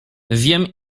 wiem